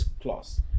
class